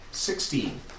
Sixteen